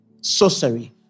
sorcery